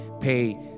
pay